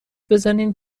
بزنین